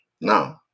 No